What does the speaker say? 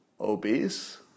obese